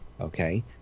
okay